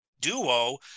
Duo